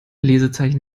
lesezeichen